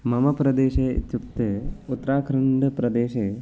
मम प्रदेशे इत्युक्ते उत्तराखण्डप्रदेशे